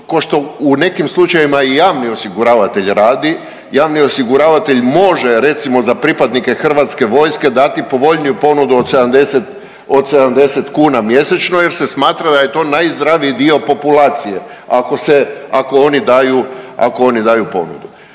u nekim slučajevima i javni osiguravatelj radi. Javni osiguravatelj može recimo za pripadnike Hrvatske vojske dati povoljniju ponudu od 70 kuna mjesečno, jer se smatra da je to najzdraviji dio populacije ako oni daju ponudu.